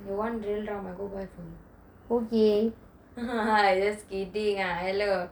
you want real rum I go and buy for you I just kidding lah hello